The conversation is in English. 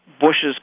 Bush's